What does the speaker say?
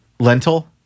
Lentil